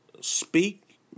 speak